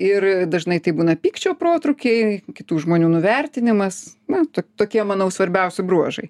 ir dažnai tai būna pykčio protrūkiai kitų žmonių nuvertinimas na to tokie manau svarbiausi bruožai